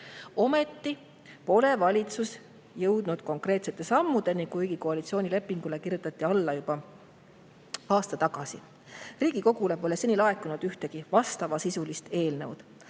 Ometi pole valitsus jõudnud konkreetsete sammudeni, kuigi koalitsioonilepingule kirjutati alla juba aasta tagasi. Riigikogule pole seni laekunud ühtegi vastavasisulist eelnõu.